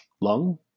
Lung